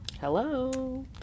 Hello